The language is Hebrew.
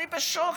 אני בשוק.